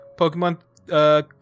pokemon